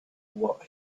what